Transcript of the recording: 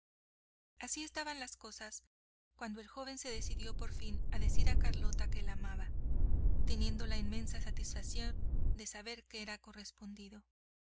así estaban las cosas cuando el joven se decidió por fin a decir a carlota que la amaba teniendo la inmensa satisfacción de saber que era correspondido